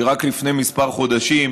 שרק לפני כמה חודשים,